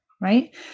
right